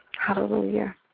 Hallelujah